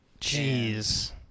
Jeez